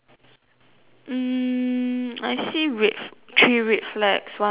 mm I see red three red flags one blue flag